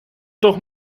doch